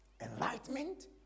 Enlightenment